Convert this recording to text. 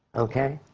ok?